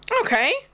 Okay